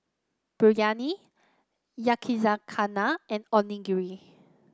Biryani Yakizakana and Onigiri